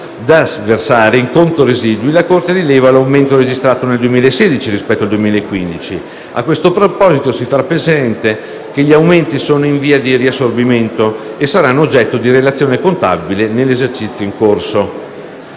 da versare in conto residui, la Corte rileva l'aumento registrato nel 2016 rispetto al 2015. A questo proposito, si fa presente che gli aumenti sono in via di riassorbimento e saranno oggetto di regolazione contabile nell'esercizio in corso.